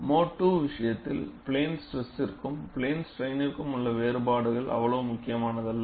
mode II விஷயத்தில் plane ஸ்ட்ரெஸ்ற்கும் plane ஸ்ட்ரைன்க்கும் உள்ள வேறுபாடுகள் அவ்வளவு முக்கியமானதல்ல